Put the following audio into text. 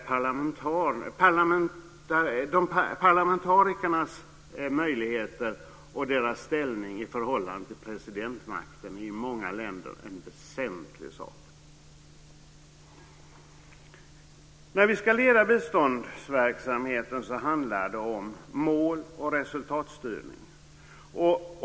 Parlamentarikernas möjligheter och deras ställning i förhållande till presidentmakten i många länder är en väsentlig sak. När vi ska leda biståndsverksamheten handlar det om mål och resultatstyrning.